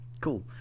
Cool